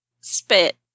Spit